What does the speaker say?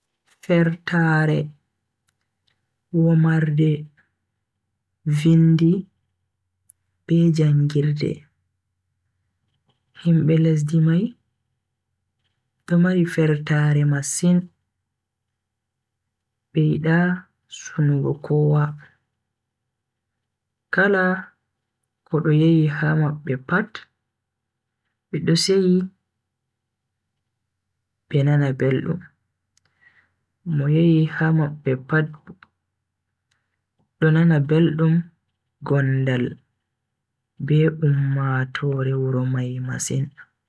Fertaare, womarde, vindi be jangirde. Himbe lesdi mai do mari fertaare masin, be yida sunugo kowa, kala kodo yehi ha mabbe pat be do seyi be nana beldum. Mo yehi ha mabbe pat do nana beldum gondal be ummatoore wuro mai masin.